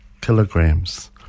kilograms